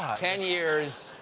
ten years.